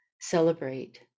celebrate